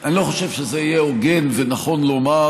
אני לא חושב שזה יהיה הוגן ונכון לומר